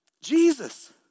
Jesus